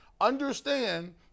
understand